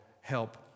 help